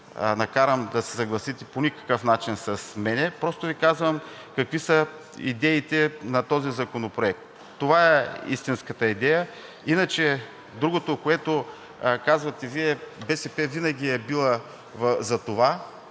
накарам да се съгласите по никакъв начин с мен, а просто Ви казвам какви са идеите на този законопроект. Това е истинската идея. Иначе другото, за което казвате Вие, БСП винаги е била за това